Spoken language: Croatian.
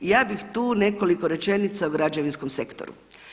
Ja bih tu nekoliki rečenica o građevinskom sektoru.